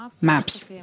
maps